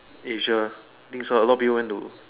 Asia think so a lot of people went to